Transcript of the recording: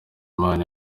imana